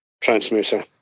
transmitter